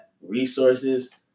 resources